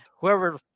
Whoever